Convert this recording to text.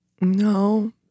No